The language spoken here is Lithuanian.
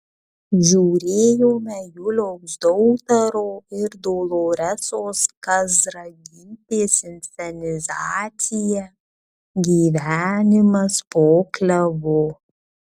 žiūrėjome juliaus dautarto ir doloresos kazragytės inscenizaciją gyvenimas po klevu